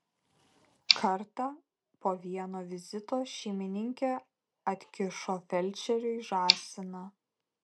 kartą po vieno vizito šeimininkė atkišo felčeriui žąsiną